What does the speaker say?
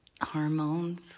hormones